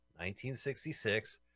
1966